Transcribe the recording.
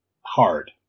hard